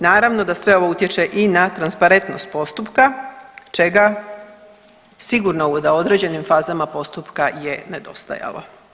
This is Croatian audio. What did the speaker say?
Naravno da sve ovo utječe i na transparentnost postupka čega sigurno da u određenim fazama postupka je nedostajalo.